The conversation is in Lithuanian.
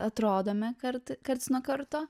atrodome kart karts nuo karto